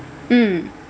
mm